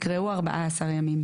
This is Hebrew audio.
יקראו " 14 ימים"